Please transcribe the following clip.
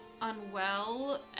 unwell